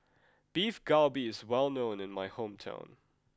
Beef Galbi is well known in my hometown